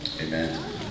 Amen